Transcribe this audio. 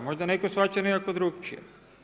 Možda netko shvaća nekako drukčije.